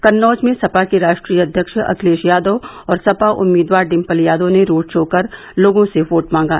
कन्नौज में सपा के राष्ट्रीय अध्यक्ष अखिलेश यादव और सपा उम्मीदवार डिम्पल यादव ने रोड शो कर लोगों से वोट मांगा